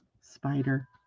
Spider